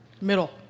middle